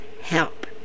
help